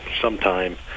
sometime